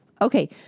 Okay